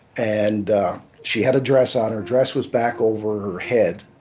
and she had a dress on, her dress was back over her head.